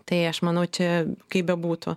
tai aš manau čia kaip bebūtų